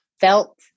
felt